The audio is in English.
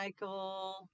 Michael